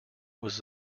was